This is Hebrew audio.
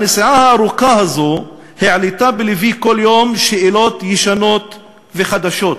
הנסיעה הארוכה הזאת העלתה בלבי כל יום שאלות ישנות וחדשות: